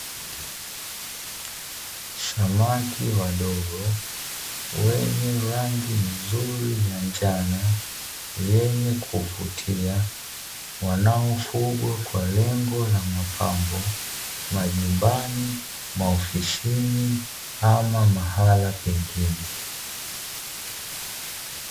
Samaki wadogo wenye rangi nzuri ya njano yenye kuvutia, wanaofugwa kwa lengo la mapambo majumbani, maofisini ama mahala pengine.